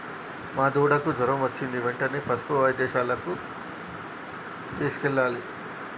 మా దూడకు జ్వరం వచ్చినది వెంటనే పసుపు వైద్యశాలకు తీసుకెళ్లాలి